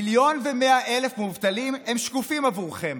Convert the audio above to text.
מיליון ו-100,000 מובטלים הם שקופים בעבורכם.